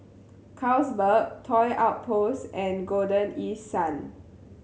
Carlsberg Toy Outpost and Golden East Sun